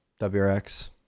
wrx